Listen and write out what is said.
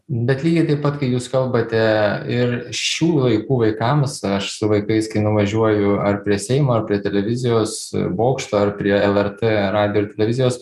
bet lygiai taip pat kai jūs kalbate ir šių laikų vaikams aš su vaikais kai nuvažiuoju ar prie seimo ar prie televizijos bokšto ar prie lrt radijo ir televizijos